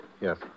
Yes